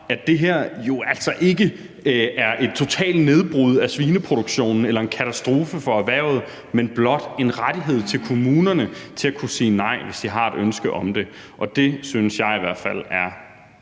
at det her jo altså ikke er en total nedlukning af svineproduktionen eller en katastrofe for erhvervet, men blot en rettighed til kommunerne til at kunne sige nej, hvis de har et ønske om det. Og det synes jeg i hvert fald er